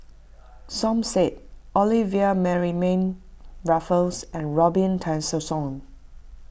Som Said Olivia Mariamne Raffles and Robin Tessensohn